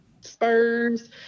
spurs